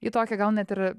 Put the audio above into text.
į tokią gal net ir